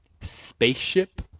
Spaceship